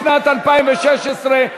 לשנת התקציב 2016,